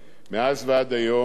מאז ועד היום,